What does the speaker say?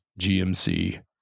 GMC